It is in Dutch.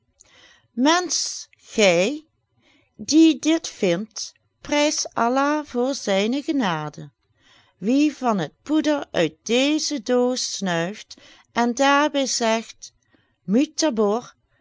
mensch gij die dit vindt prijs allah voor zijne genade wie van het poeder uit deze doos snuift en daarbij zegt